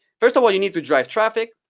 first of all, you need to drive traffic.